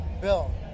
Bill